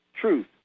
truth